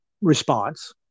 response